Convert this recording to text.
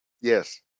yes